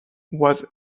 was